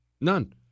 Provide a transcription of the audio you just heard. None